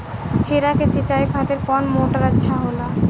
खीरा के सिचाई खातिर कौन मोटर अच्छा होला?